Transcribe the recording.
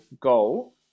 goal